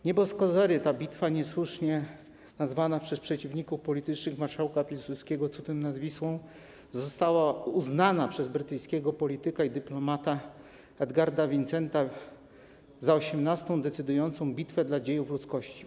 Nie bez kozery ta bitwa, niesłusznie nazwana przez przeciwników politycznych marszałka Piłsudskiego cudem nad Wisłą, została uznana przez brytyjskiego polityka i dyplomatę Edgarda Vincenta za 18. decydującą bitwę w dziejach ludzkości.